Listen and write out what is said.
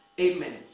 Amen